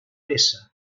peça